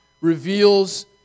reveals